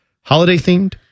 holiday-themed